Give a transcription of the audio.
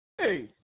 Hey